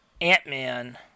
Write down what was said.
Ant-Man